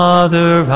Mother